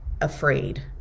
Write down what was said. afraid